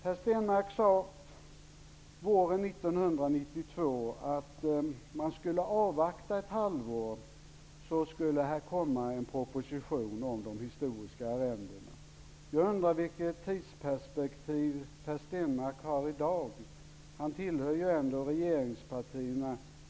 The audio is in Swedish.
Våren 1992 sade Per Stenmarck att man skulle avvakta ett halvår på en proposition om de historiska arrendena. Jag undrar vilket tidsperspektiv Per Stenmarck har i dag. Han tillhör ändå regeringspartierna.